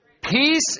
Peace